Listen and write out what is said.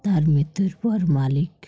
তার মে্যুর পর মালিক